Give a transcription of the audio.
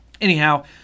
anyhow